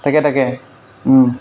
তাকে তাকে